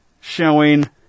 showing